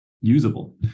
usable